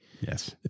Yes